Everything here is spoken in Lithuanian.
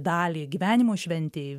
dalį gyvenimo šventei